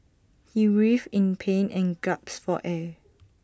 he writhed in pain and gasped for air